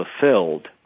fulfilled